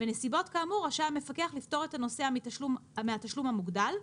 בנסיבות כאמור רשאי המפקח לפטור את הנוסע מהתשלום המוגדל,